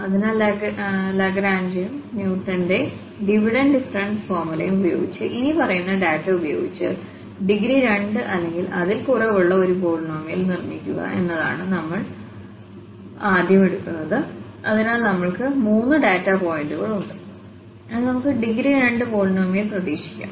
അതിനാൽ ലാഗ്രേഞ്ചും ന്യൂട്ടന്റെ ഡിവിഡഡ് ഡിഫറൻസ് ഫോർമുലയും ഉപയോഗിച്ച് ഇനിപ്പറയുന്ന ഡാറ്റ ഉപയോഗിച്ച് ഡിഗ്രി 2 അല്ലെങ്കിൽ അതിൽ കുറവുള്ള ഒരു പോളിനോമിയൽ നിർമ്മിക്കുക എന്നതാണ് നമ്മൾ ഇവിടെ ആദ്യം എടുക്കുന്നത് അതിനാൽ നമ്മൾ ക്ക് മൂന്ന് ഡാറ്റ പോയിന്റു കൾ ഉണ്ട് അതിനാൽ നമുക്ക് ഡിഗ്രി 2 പോളിനോമിയൽ പ്രതീക്ഷിക്കാം